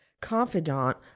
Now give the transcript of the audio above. confidant